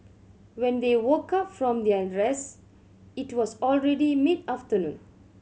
when they woke up from their rest it was already mid afternoon